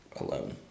alone